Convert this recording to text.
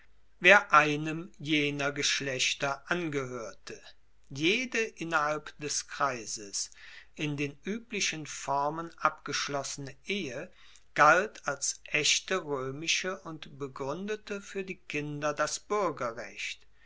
wer einem jener geschlechter angehoerte jede innerhalb des kreises in den ueblichen formen abgeschlossene ehe galt als echte roemische und begruendete fuer die kinder das buergerrecht